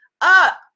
up